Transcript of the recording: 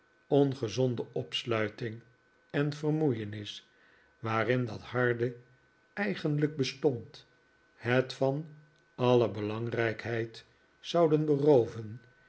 ongezonde opsluiting en vermoeienis waarin dat harde eigenlijk bestond het van alle belangrijkheid zouden berooven